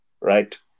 right